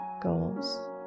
goals